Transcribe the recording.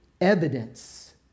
evidence